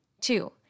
Two